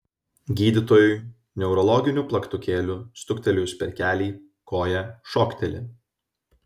gydytojui neurologiniu plaktukėliu stuktelėjus per kelį koja šokteli